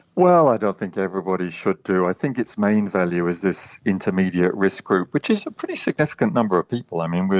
well, i don't think everybody should do, i think its main value is this intermediate risk group, which is a pretty significant number of people. i mean,